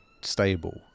stable